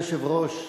אדוני היושב-ראש,